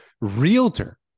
realtor